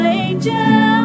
angel